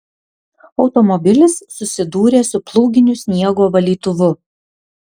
automobilis susidūrė su plūginiu sniego valytuvu